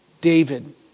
David